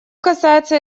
касается